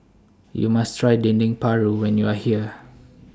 YOU must Try Dendeng Paru when YOU Are here